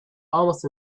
almost